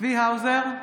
צבי האוזר,